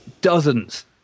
dozens